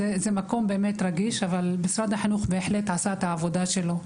זה מקום מאוד רגיש אבל משרד החינוך עשה בהחלט את העבודה שלו.